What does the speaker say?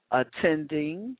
attending